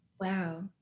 wow